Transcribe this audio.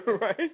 Right